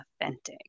authentic